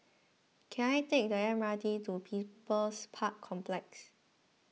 can I take the M R T to People's Park Complex